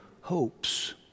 hopes